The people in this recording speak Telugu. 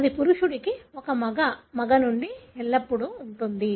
అది పురుషుడికి ఒక మగ మగ నుండి ఎల్లప్పుడూ ఉంటుంది